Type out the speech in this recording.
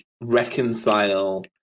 reconcile